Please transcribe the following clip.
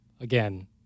again